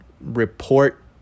report